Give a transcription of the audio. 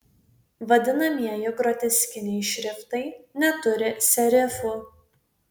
vadinamieji groteskiniai šriftai neturi serifų